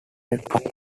cult